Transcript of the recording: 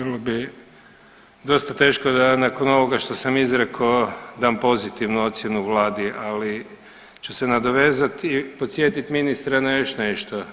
Bilo bi dosta teško da ja nakon ovoga što sam izrekao dam pozitivnu ocjenu vladi, ali ću se nadovezati i podsjetit ministra na još nešto.